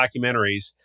documentaries